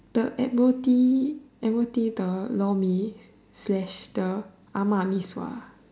the Admiralty Admiralty the Lor Mee slash the ah-Ma Mee-sua